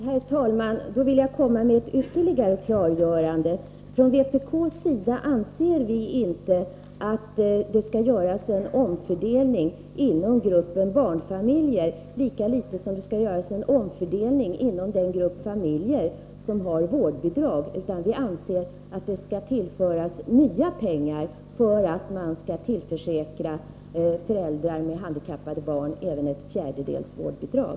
Herr talman! Då vill jag komma med ett ytterligare klargörande. Från vpk:s sida anser vi inte att det skall göras en omfördelning inom gruppen barnfamiljer, lika litet som det skall göras en omfördelning inom den grupp familjer som har vårdbidrag. Vi anser att nya pengar skall tillföras för att tillförsäkra föräldrar med handikappade barn även ett fjärdedels vårdbidrag.